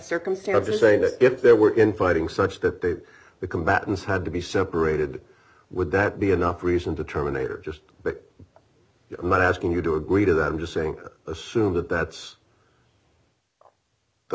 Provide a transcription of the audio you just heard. circumstances saying that if there were infighting such that the combatants had to be separated would that be enough reason to terminate or just that i'm not asking you to agree to that i'm just saying assume that that's the